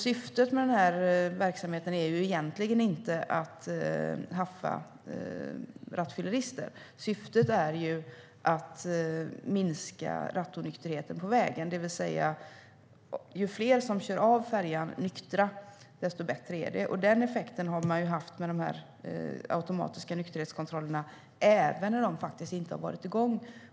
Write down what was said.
Syftet med denna verksamhet är egentligen inte att haffa rattfyllerister. Syftet är att minska rattonykterheten på vägen. Det betyder att ju fler som kör av färjan nyktra, desto bättre är det. Den effekten har man haft med dessa automatiska nykterhetskontroller, även när de inte har varit igång.